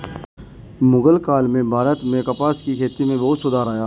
मुग़ल काल में भारत में कपास की खेती में बहुत सुधार आया